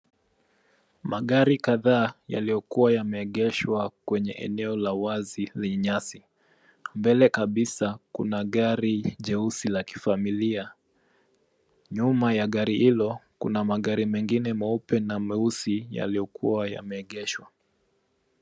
Magari kadhaa yaliyokuwa yameegeshwa kwenye eneo la wazi lenye nyasi. Mbele kabisa, kuna gari jeusi la kifamilia. Nyuma ya gari hilo, kuna magari mengine meupe na meusi yaliyokuwa yameegeshwa.